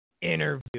interview